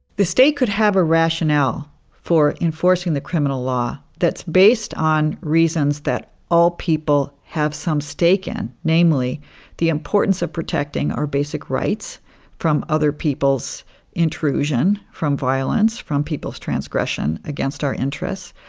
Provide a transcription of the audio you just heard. the state could have a rationale for enforcing the criminal law that's based on reasons that all people have some stake in, namely the importance of protecting our basic rights from other people's intrusion, from violence, from people's transgression against our interests,